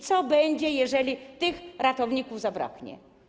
Co będzie, jeżeli tych ratowników zabraknie?